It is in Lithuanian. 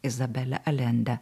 izabelė alende